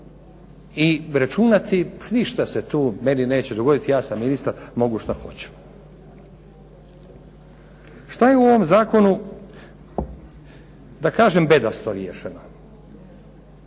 i računati, ništa se tu meni neće dogoditi, ja sam ministar, mogu šta hoću. Šta je u ovom zakonu, da kažem bedasto riješeno?